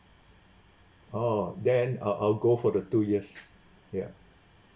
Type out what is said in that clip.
oh then I'll I'll go for the two years yeah